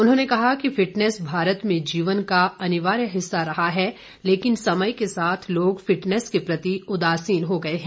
उन्होंने कहा कि फिटनेस भारत में जीवन का अनिवार्य हिस्सा रहा है लेकिन समय के साथ लोग फिटनेस के प्रति उदासीन हो गये हैं